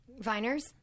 Viners